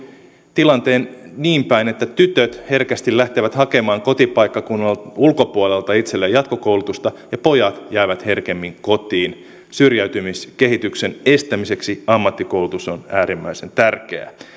tilanteen niin päin että tytöt herkästi lähtevät hakemaan kotipaikkakunnan ulkopuolelta itselleen jatkokoulutusta ja pojat jäävät herkemmin kotiin syrjäytymiskehityksen estämiseksi ammattikoulutus on äärimmäisen tärkeää